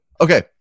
Okay